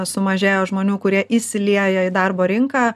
sumažėjo žmonių kurie įsiliejo į darbo rinką